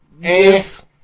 Yes